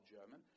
German